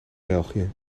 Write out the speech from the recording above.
belgië